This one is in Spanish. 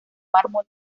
mármol